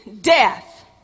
death